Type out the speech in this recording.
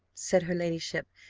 said her ladyship,